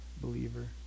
believer